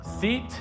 seat